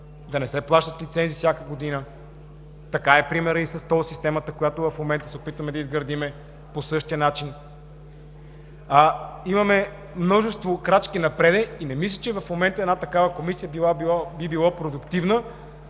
да не се плащат лицензи всяка година. Такъв е примерът и с тол системата, която се опитваме в момента да изградим по същия начин. Имаме множество крачки напред и не мисля, че в момента една такава Комисия би била продуктивна,